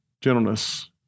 gentleness